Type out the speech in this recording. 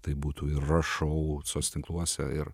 tai būtų ir rašau soc tinkluose ir